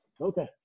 okay